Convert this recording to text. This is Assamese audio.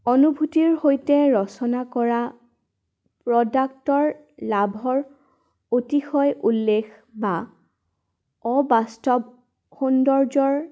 অনুভূতিৰ সৈতে ৰচনা কৰা প্ৰডাক্টৰ লাভৰ অতিশয় উল্লেখ বা অবাস্তৱ সৌন্দৰ্যৰ